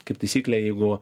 kaip taisyklė jeigu